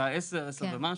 בשעה 10:00 ומשהו.